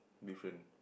different